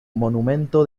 monumento